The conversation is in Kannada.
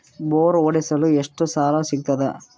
ಬೋರ್ ಹೊಡೆಸಲು ಎಷ್ಟು ಸಾಲ ಸಿಗತದ?